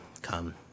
come